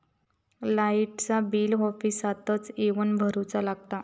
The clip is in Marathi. लाईटाचा बिल ऑफिसातच येवन भरुचा लागता?